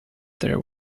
there